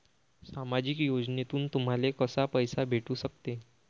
सामाजिक योजनेतून तुम्हाले कसा पैसा भेटू सकते?